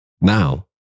now